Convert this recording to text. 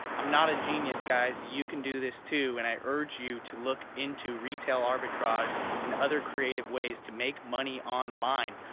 i'm not a genius guys, you can do this too and i urge you to look into retail arbitrage and other creative ways to make money online.